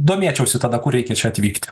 domėčiausi tada kai reikia čia atvykti